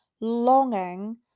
longing